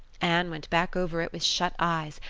anne went back over it with shut eyes,